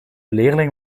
leerling